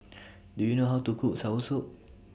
Do YOU know How to Cook Soursop